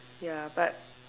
ya but